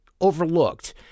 overlooked